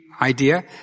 idea